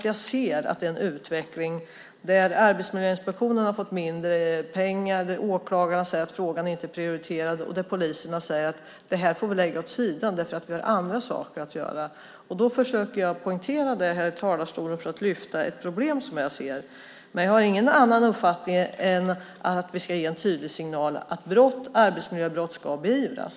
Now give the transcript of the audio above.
Jag ser att det är en utveckling där Arbetsmiljöinspektionen har fått mindre pengar, åklagare säger att frågan inte är prioriterad och poliserna säger att detta får man lägga åt sidan för att man har annat att göra. Då försöker jag poängtera detta i talarstolen för att lyfta fram ett problem som jag ser. Men jag har ingen annan uppfattning än att vi ska ge en tydlig signal att arbetsmiljöbrott ska beivras.